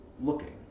looking